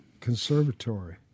conservatory